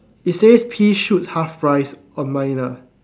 it says pea shoot half price on mine lah